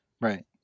Right